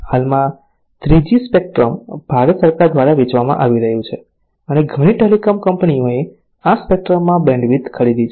હાલમાં 3G spectrum Bharat સરકાર દ્વારા વેચવામાં આવી રહ્યું છે અને ઘણી ટેલિકોમ કંપનીઓએ આ સ્પેક્ટ્રમમાં બેન્ડવિડ્થ ખરીદી છે